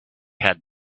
had